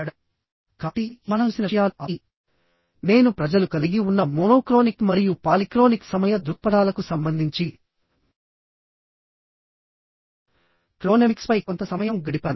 కాబట్టి ఇవి మనం చూసిన విషయాలు ఆపై నేను ప్రజలు కలిగి ఉన్న మోనోక్రోనిక్ మరియు పాలిక్రోనిక్ సమయ దృక్పథాలకు సంబంధించి క్రోనెమిక్స్పై కొంత సమయం గడిపాను